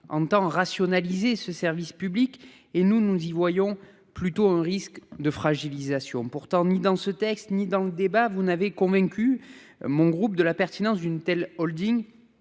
vise à rationaliser le service public. Mon groupe y voit plutôt un risque de fragilisation de celui-ci. Ni dans le texte ni dans le débat, vous n'avez convaincu mon groupe de la pertinence d'une telle holding